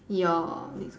your next